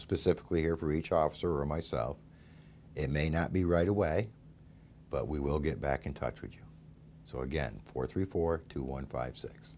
specifically here for each officer or myself it may not be right away but we will get back in touch with you so again for three four two one five six